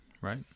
right